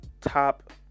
top